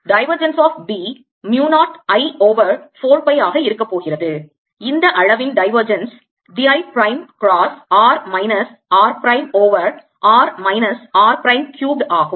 Divergence of B mu 0 I over 4 pi ஆக இருக்கப்போகிறது இந்த அளவின் divergence d I prime cross r minus r prime over r minus r prime cubed ஆகும்